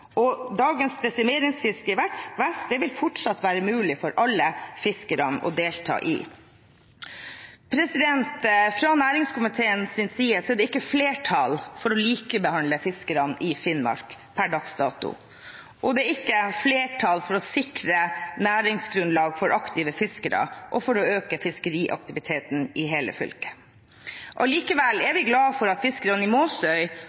Dagens desimeringsfiske i vest vil fortsatt være mulig for alle fiskerne å delta i. Fra næringskomiteens side er det ikke flertall for å likebehandle fiskerne i Finnmark per dags dato, og det er ikke flertall for å sikre næringsgrunnlaget for aktive fiskere og for å øke fiskeriaktiviteten i hele fylket. Likevel er vi glade for at fiskerne i Måsøy,